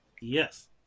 yes